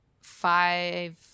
five